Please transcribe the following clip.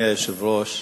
אדוני היושב-ראש,